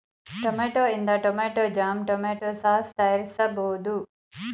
tomato ಇಂದ tomato jam, tomato sauce ತಯಾರಿಸಬೋದು